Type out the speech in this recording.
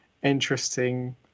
interesting